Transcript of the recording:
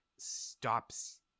stops